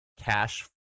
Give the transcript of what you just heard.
cash